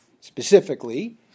Specifically